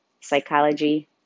psychology